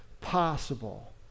possible